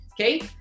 Okay